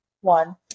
one